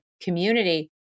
community